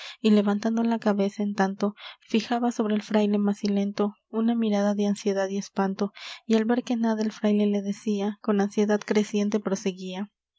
y levantando la cabeza en tanto fijaba sobre el fraile macilento una mirada de ansiedad y espanto y al ver que nada el fraile le decia con ansiedad creciente proseguia